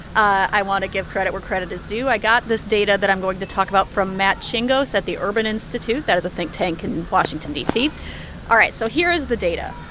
i want to give credit where credit is due. i got this data that i'm going to talk about from matt chingos at the urban institute. that is a think tank and in washington, d c all right. so here is the data.